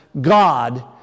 God